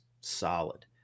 solid